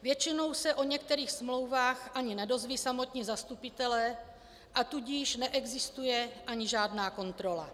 Většinou se o některých smlouvách ani nedozvědí samotní zastupitelé, a tudíž neexistuje ani žádná kontrola.